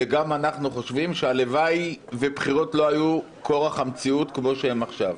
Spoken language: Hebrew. גם אנחנו חושבים שהלוואי שבחירות לא היו כורח המציאות כמו שהן עכשיו.